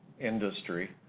industry